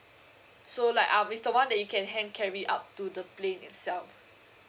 so like um it's the one that you can hand carry up to the plane itself